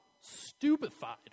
stupefied